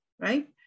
right